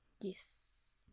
Yes